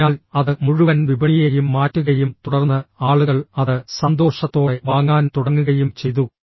അതിനാൽ അത് മുഴുവൻ വിപണിയെയും മാറ്റുകയും തുടർന്ന് ആളുകൾ അത് സന്തോഷത്തോടെ വാങ്ങാൻ തുടങ്ങുകയും ചെയ്തു